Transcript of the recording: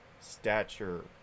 stature